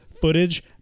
footage